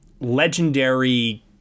legendary